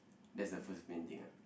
that's the first main thing ah